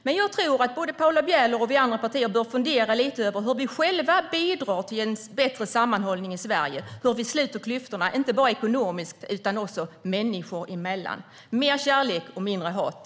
Men jag tror att både Paula Bieler och vi i andra partier bör fundera lite över hur vi själva bidrar till en bättre sammanhållning i Sverige, hur vi sluter klyftorna, inte bara ekonomiskt utan också människor emellan. Mer kärlek och mindre hat!